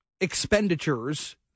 expenditures